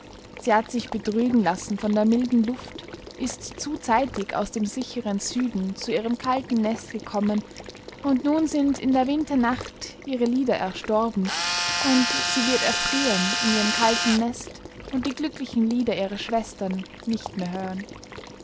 sie hat sich betrügen lassen von der milden luft ist zu zeitig aus dem sicheren süden zu ihrem kalten nest gekommen und nun sind in der winternacht ihre lieder erstorben und sie wird erfrieren in ihrem kalten nest und die glücklichen lieder ihrer schwestern nicht mehr hören